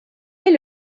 est